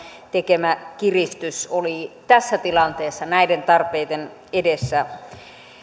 tekemä kiristys oli tässä tilanteessa näiden tarpeiden edessä